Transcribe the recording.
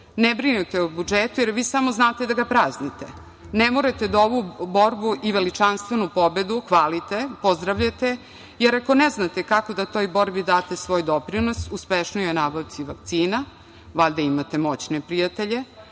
ne brinite o budžetu, jer vi samo znate da ga praznite. Ne morate da ovu borbu i veličanstvenu pobedu hvalite, pozdravljate, jer ako ne znate kako da toj borbi date svoj doprinos uspešnijoj nabavci vakcina, valjda imate moćne prijatelje,